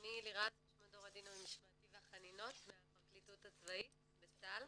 אני ראש מדור הדין המשמעתי והחנינות מהפרקליטות הצבאית בצה"ל.